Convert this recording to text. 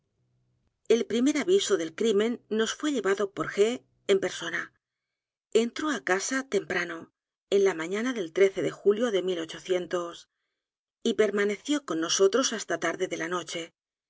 el primer aviso del crimen nos fué llevado por g en persona entró á casa temprano en la mañana del de julio de y permaneció con nosotros hasta tarde de la noche